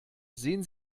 sehen